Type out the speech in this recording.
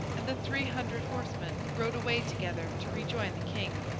and the three hundred horsemen, rode away together to rejoin the king.